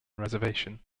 reservation